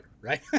Right